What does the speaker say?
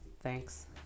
Thanks